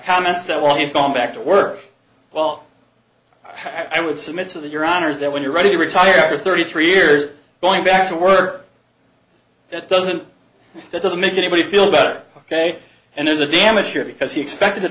comments that well you've gone back to work well i would submit so that your honors there when you're ready to retire after thirty three years going back to work that doesn't that doesn't make anybody feel better ok and there's a damage here because he expected a